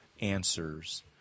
answers